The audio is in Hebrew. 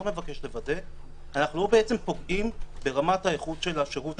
מבקש לוודא - לא פוגעים ברמת האיכות של השירות שאנחנו נותנים.